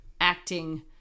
acting